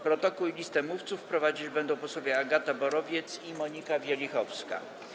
Protokół i listę mówców prowadzić będą posłowie Agata Borowiec i Monika Wielichowska.